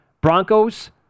Broncos